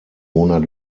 monat